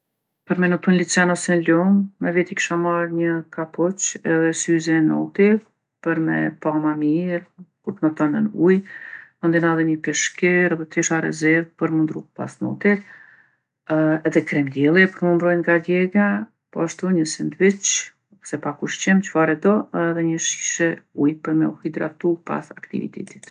Për me notu n'liqen ose n'lumë me veti kisha marrë një kapuç edhe syze noti për me pa ma mirë kur t'noton nën ujë. Mandena edhe një peshkir edhe tesha rezervë për mu ndrru pas notit. Edhe krem dielli për mu mbrojtë nga djegja, poashtu një sendviq ose pak ushqim, çfaredo, edhe një shishe ujë për me u hidratu pas aktivitetit.